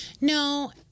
No